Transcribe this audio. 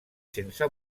sense